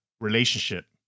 relationship